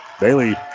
Bailey